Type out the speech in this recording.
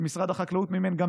שמשרד החקלאות מימן.